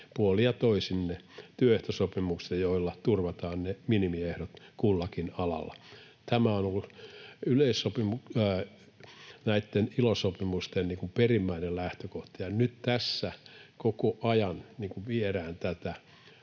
puolin ja toisin ne työehtosopimukset, joilla turvataan ne minimiehdot kullakin alalla. Tämä on ollut näitten ILO-sopimusten perimmäinen lähtökohta, ja nyt tässä koko ajan viedään tätä